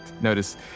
Notice